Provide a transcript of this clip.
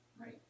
right